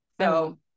So-